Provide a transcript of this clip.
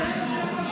פנינה, זו